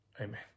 Amen